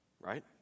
Right